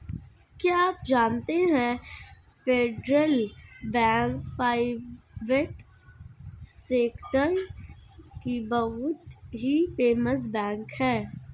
क्या आप जानते है फेडरल बैंक प्राइवेट सेक्टर की बहुत ही फेमस बैंक है?